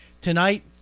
Tonight